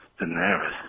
Daenerys